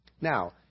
Now